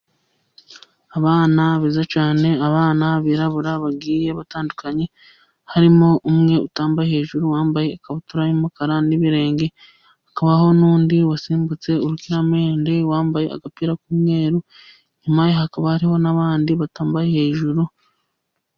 Abana beza cyane abana birabura bagiye batandukanye, harimo umwe utambaye hejuru wambaye ikabutura y'umukara n'ibirenge. Hakabaho n'undi wasimbutse urukiramende wambaye agapira k'umweru, inyuma hakaba hariho n'abandi batambaye hejuru.